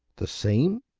the same?